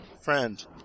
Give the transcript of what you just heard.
Friend